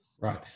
Right